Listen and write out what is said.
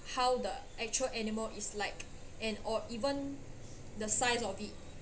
how the actual animal is like and or even the size of it